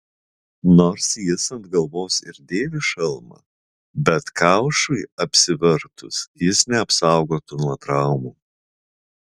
nors jis ant galvos ir dėvi šalmą bet kaušui apsivertus jis neapsaugotų nuo traumų